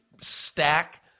stack